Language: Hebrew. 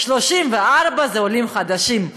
34 הם עולים חדשים.